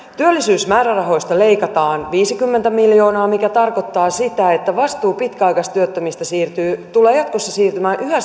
työllisyysmäärärahoista leikataan viisikymmentä miljoonaa mikä tarkoittaa sitä että vastuu pitkäaikaistyöttömistä tulee jatkossa siirtymään yhä